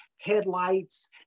headlights